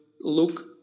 look